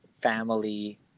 family